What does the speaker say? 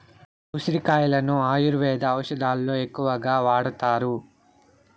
ఉసిరి కాయలను ఆయుర్వేద ఔషదాలలో ఎక్కువగా వాడతారు